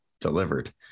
delivered